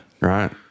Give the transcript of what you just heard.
Right